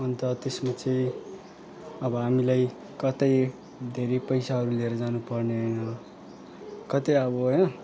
अन्त त्यसमा चाहिँ अब हामीलाई कतै धेरै पैसाहरू लिएर जानु पनि पर्दैन कतै अब होइन